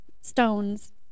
stones